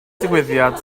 digwyddiad